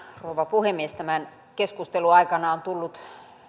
rouva puhemies tämän keskustelun aikana on tullut